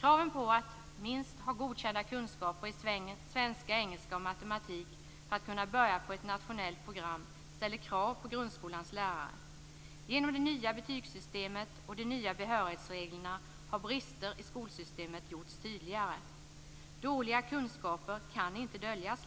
Kraven på att minst ha godkända kunskaper i svenska, engelska och matematik för att kunna börja på ett nationellt program ställer krav på grundskolans lärare. Genom det nya betygssystemet och de nya behörighetsreglerna har brister i skolsystemet gjorts tydligare. Dåliga kunskaper kan inte längre döljas.